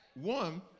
One